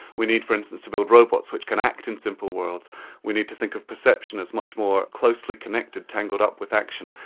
we need for instance, to build robots which can act in simple worlds we need to think of perception as much more closely connected, tangled up with action,